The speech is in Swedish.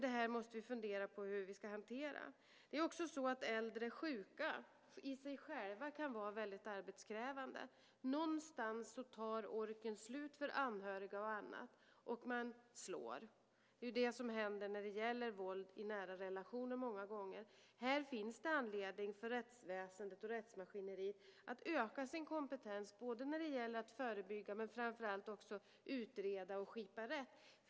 Det här måste vi fundera på hur vi ska hantera. Äldre sjuka kan i sig själva också vara väldigt arbetskrävande. Någonstans tar orken slut för anhöriga och andra, och man slår. Det är många gånger det som händer när det gäller våld i nära relationer. Här finns det anledning för rättsväsendet och rättsmaskineriet att öka sin kompetens när det gäller både att förebygga och framför allt att utreda och skipa rätt.